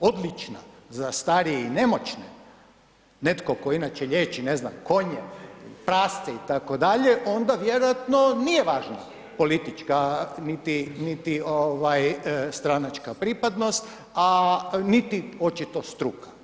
odlična za starije i nemoćne, netko tko inače liječi, ne znam, konje, prasce itd., onda vjerojatno nije važna politička, niti, niti ovaj stranačka pripadnost, a niti očito struka.